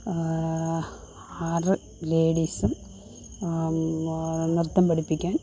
ആറ് ലേഡീസും നൃത്തം പഠിപ്പിക്കാൻ